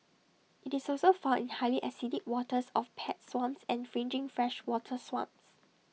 IT is also found in highly acidic waters of peat swamps and fringing freshwater swamps